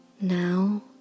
Now